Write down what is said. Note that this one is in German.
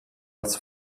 als